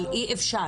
אבל אי אפשר,